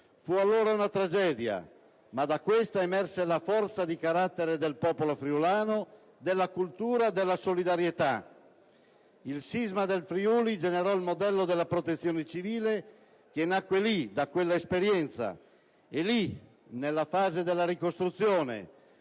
Fu allora una tragedia, ma da essa emerse la forza del carattere del popolo friulano, della cultura e della solidarietà. Il sisma del Friuli generò il modello della Protezione civile, che nacque lì, da quella esperienza, e lì, nella fase della ricostruzione